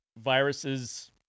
viruses